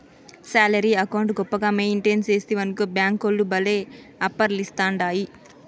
salary account గొప్పగా maintain సేస్తివనుకో బ్యేంకోల్లు భల్లే ఆపర్లిస్తాండాయి